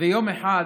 יום אחד